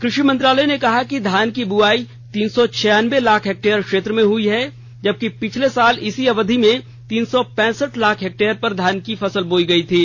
कृषि मंत्रालय ने कहा है कि धान की बुआई तीन सौ छियानबे लाख हैक्टेरयर क्षेत्र में हई है जबकि पिछले साल इसी अवधि में तीन सौ पैंसठ लाख हैक्टेलयर पर धान की फसल बोई गई थी